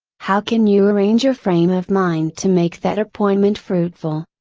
how can you arrange your frame of mind to make that appointment fruitful?